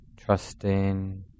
trusting